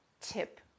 tip